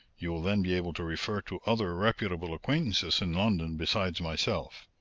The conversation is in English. you will then be able to refer to other reputable acquaintances in london besides myself.